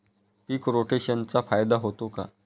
पीक रोटेशनचा फायदा होतो का?